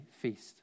feast